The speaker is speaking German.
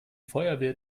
feuerwehr